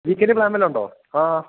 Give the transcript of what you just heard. weekend plan വല്ലതുമുണ്ടോ ആ